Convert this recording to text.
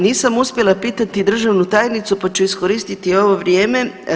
Nisam uspjela pitati državnu tajnicu, pa ću iskoristiti ovo vrijeme.